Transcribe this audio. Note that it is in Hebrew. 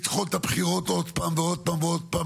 הציע פעמים רבות רשת ביטחון בתמורה לעסקת חטופים.